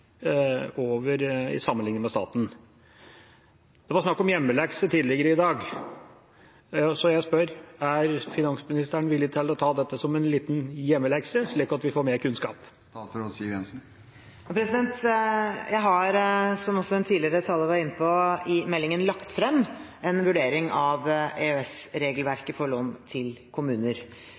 i sammenligning med staten. Det var snakk om hjemmelekse tidligere i år, så jeg spør: Er finansministeren villig til å ta dette som en liten hjemmelekse, slik at vi får mer kunnskap? Jeg har, som også en tidligere taler var inne på, i meldingen lagt frem en vurdering av EØS-regelverket for lån til kommuner.